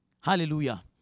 Hallelujah